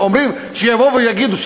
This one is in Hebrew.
ואומרים שיבואו ויגידו,